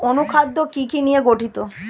অনুখাদ্য কি কি নিয়ে গঠিত?